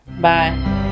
Bye